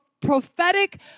prophetic